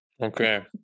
Okay